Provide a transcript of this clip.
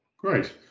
Great